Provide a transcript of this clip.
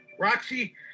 Roxy